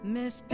Miss